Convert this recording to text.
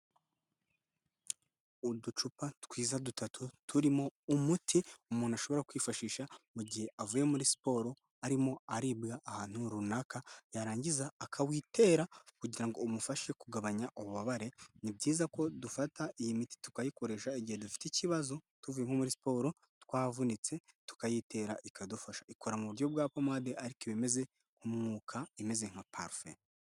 Uducupa twiza dutatu turimo umuti umuntu ashobora kwifashisha mu gihe avuye muri siporo arimo aribwa ahantu runaka, yarangiza akawitera kugira ngo umufashe kugabanya ububabare, ni byiza ko dufata iyi miti tukayikoresha igihe dufite ikibazo tuvuye nko muri siporo twavunitse, tukayitera ikadufasha, ikora mu buryo bwa pomade ariko iba imeze nk'umwuka, imeze nka parufe.